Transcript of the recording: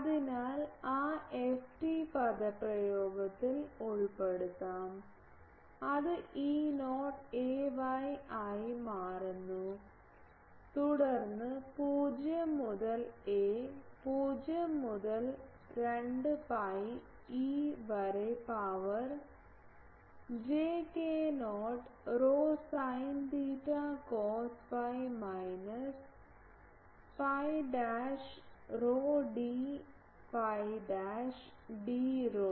അതിനാൽ എനിക്ക് ആ ft പദപ്രയോഗത്തിൽ ഉൾപ്പെടുത്താം അത് E0 ay ആയി മാറുന്നു തുടർന്ന് 0 മുതൽ a 0 മുതൽ 2 pi e വരെ പവർ j k0 ρ sine theta cos phi minus phi dash ρ d phi dash d rho